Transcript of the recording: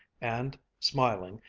and, smiling,